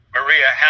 Maria